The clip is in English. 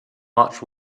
much